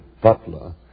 Butler